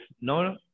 no